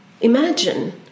imagine